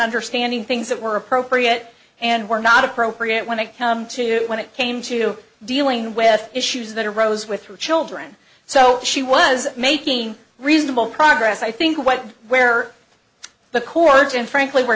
understanding things that were appropriate and were not appropriate when they come to you when it came to dealing with issues that arose with her children so she was making reasonable progress i think where the courts and frankly where